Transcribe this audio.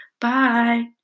Bye